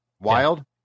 wild